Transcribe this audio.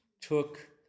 took